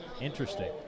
Interesting